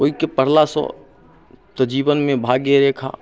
ओइके पढ़लासँ तऽ जीवनमे भाग्यरेखा